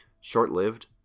short-lived